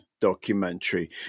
documentary